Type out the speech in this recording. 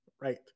right